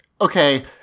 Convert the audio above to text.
Okay